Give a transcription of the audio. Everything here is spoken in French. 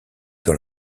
dans